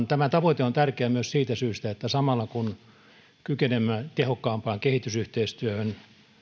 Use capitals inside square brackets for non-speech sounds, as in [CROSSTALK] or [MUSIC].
[UNINTELLIGIBLE] tämä tavoite on tärkeä myös siitä syystä että kun kykenemme tehokkaampaan kehitysyhteistyöhön